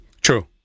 True